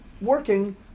working